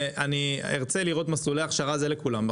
ארצה לראות מסלולי הכשרה זהה לכולם,